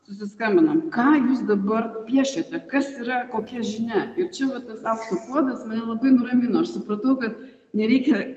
susiskambinam ką jūs dabar piešiate kas yra kokia žinia ir čia vat tas aukso puodas mane labai nuramino ir supratau kad nereikia